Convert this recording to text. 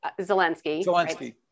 Zelensky